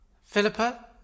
Philippa